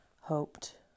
hoped